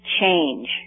change